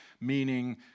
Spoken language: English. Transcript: meaning